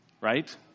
right